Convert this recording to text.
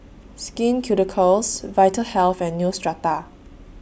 Skin Ceuticals Vitahealth and Neostrata